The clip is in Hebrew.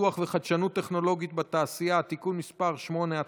פיתוח וחדשנות טכנולוגית בתעשייה (תיקון מס' 8),